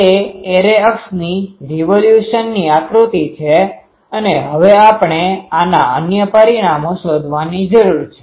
તે એરે અક્ષની રીવોલ્યુશનની આકૃતિ છે અને હવે આપણે આના અન્ય પરિમાણો શોધવાની જરૂર છે